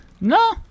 No